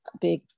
big